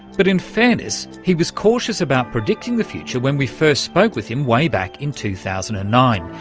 but in fairness, he was cautious about predicting the future when we first spoke with him way back in two thousand and nine,